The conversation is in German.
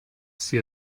sie